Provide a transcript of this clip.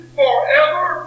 forever